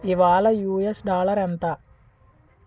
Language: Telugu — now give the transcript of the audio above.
ఇవాళ యూఎస్ డాలర్ ఎంత